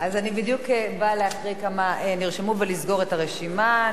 אני בדיוק באה להקריא כמה נרשמו ולסגור את הרשימה.